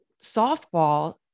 softball